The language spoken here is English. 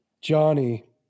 Johnny